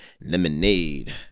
lemonade